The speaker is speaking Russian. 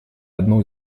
одну